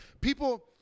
people